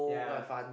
yeah